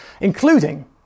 including